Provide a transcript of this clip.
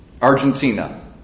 Argentina